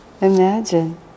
Imagine